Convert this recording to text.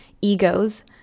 egos